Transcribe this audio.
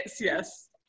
yes